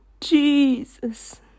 Jesus